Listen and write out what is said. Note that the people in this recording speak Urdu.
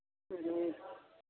ہوں